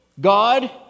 God